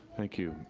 thank you,